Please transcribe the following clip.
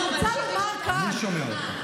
היא לא צריכה לנאום, אני שומע אותה.